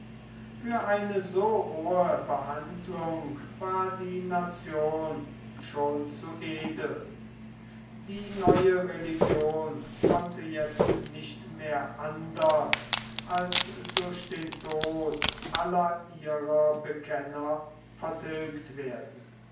für eine so rohe behandlung war die nation schon zu edel die neue religion konnte jetzt nicht mehr anders als durch den tod aller ihrer bekenner vertilgt werden